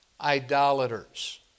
idolaters